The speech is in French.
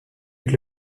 avec